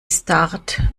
start